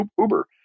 Uber